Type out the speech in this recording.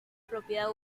propiedad